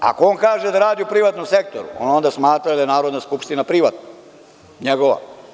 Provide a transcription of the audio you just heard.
Ako on kaže da radi u privatnom sektoru, on onda smatra da je Narodna skupština privatna, njegova.